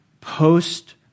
post